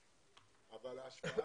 אבל ההשוואה